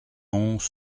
onze